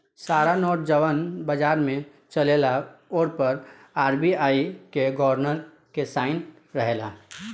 सारा नोट जवन बाजार में चलेला ओ पर आर.बी.आई के गवर्नर के साइन रहेला